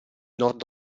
nord